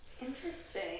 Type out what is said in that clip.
interesting